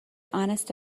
honest